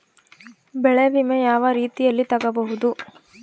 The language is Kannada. ಬೆಳೆ ವಿಮೆ ಯಾವ ರೇತಿಯಲ್ಲಿ ತಗಬಹುದು?